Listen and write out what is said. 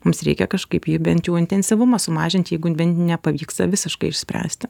mums reikia kažkaip jį bent jau intensyvumą sumažint jeigu nepavyksta visiškai išspręsti